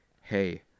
Hey